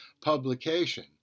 publication